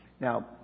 Now